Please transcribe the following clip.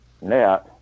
net